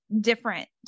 different